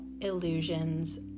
illusions